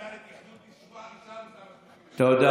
היא הייתה איתי חברה בוועדה לתכנון, תודה.